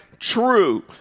true